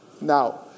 Now